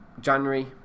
January